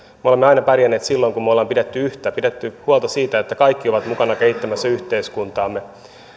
aina pärjänneet silloin kun me olemme pitäneet yhtä pitäneet huolta siitä että kaikki ovat mukana kehittämässä yhteiskuntaamme